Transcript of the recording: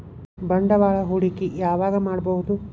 ಬಂಡವಾಳ ಹೂಡಕಿ ಯಾವಾಗ್ ಮಾಡ್ಬಹುದು?